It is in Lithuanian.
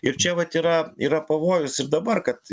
ir čia vat yra yra pavojus dabar kad